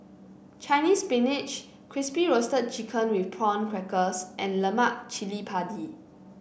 Chinese Spinach Crispy Roasted Chicken with Prawn Crackers and Lemak Cili Padi